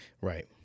Right